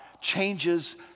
changes